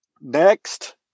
Next